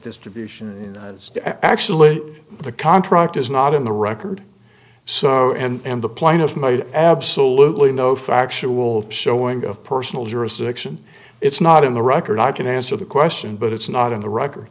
distribution is actually the contract is not in the record so and the plight of made absolutely no factual showing of personal jurisdiction it's not in the record i can answer the question but it's not in the record